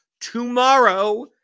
tomorrow